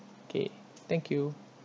okay thank you